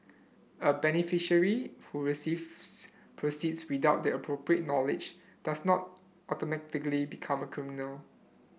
a beneficiary who receives proceeds without the appropriate knowledge does not automatically become a criminal